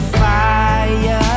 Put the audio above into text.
fire